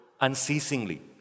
unceasingly